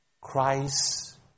Christ